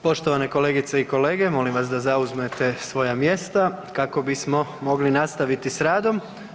Poštovane kolegice i kolege, molim vas da zauzmete svoja mjesta kako bismo mogli nastaviti s radom.